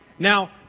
Now